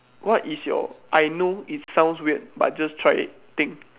what is your I know it's sounds weird but just try it think